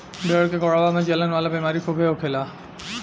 भेड़ के गोड़वा में जलन वाला बेमारी खूबे होखेला